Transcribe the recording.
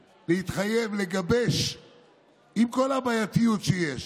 להתחייב, עם כל הבעייתיות שיש,